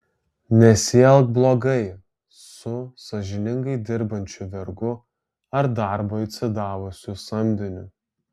nesielk blogai su sąžiningai dirbančiu vergu ar darbui atsidavusiu samdiniu